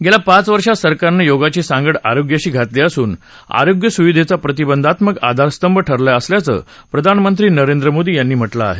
गेल्या पाच वर्षात सरकारनं योगाची सांगड आरोग्याशी घातली असून त्याला आरोग्य सुविधेचा प्रतिबंधात्मक आधारस्तंभ बनवला असल्याचं प्रधानमंत्री नरेंद्र मोदी यांनी म्हटलं आहे